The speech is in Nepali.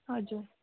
हजुर